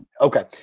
Okay